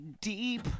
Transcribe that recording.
deep